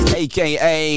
aka